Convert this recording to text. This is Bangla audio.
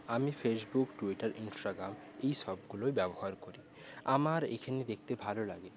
আমি ফেসবুক টুইটার ইন্সটাগ্রাম এই সবগুলোই ব্যবহার করি আমার এখানে দেখতে ভালো লাগে